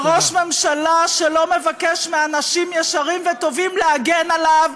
וראש ממשלה שלא מבקש מאנשים ישרים וטובים להגן עליו,